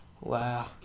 Wow